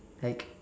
like